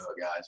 guys